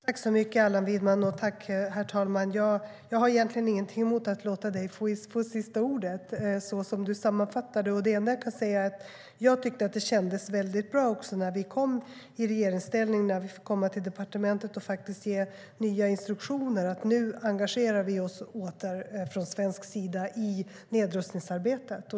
Herr talman! Jag tackar Allan Widman för detta. Jag har egentligen ingenting emot att låta dig få sista ordet, så som du sammanfattade detta. Det enda jag kan säga är att jag tyckte att det kändes väldigt bra när vi kom i regeringsställning och fick komma till departementet och faktiskt ge nya instruktioner om att vi från svensk sida nu åter skulle engagera oss i nedrustningsarbetet.